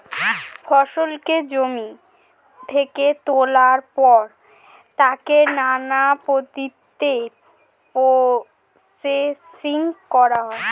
ফসলকে জমি থেকে তোলার পর তাকে নানান পদ্ধতিতে প্রসেসিং করা হয়